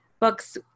books